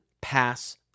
pass